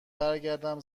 برگردم